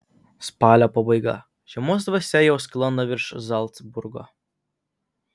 spalio pabaiga žiemos dvasia jau sklando virš zalcburgo